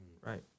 Right